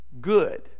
Good